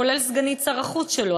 כולל סגנית שר החוץ שלו,